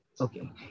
Okay